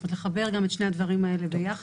זאת אומרת לחבר גם את שני הדברים האלה ביחד.